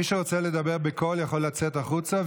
מי שרוצה לדבר בקול יכול לצאת החוצה.